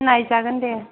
नायजागोन दे